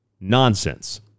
nonsense